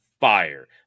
fire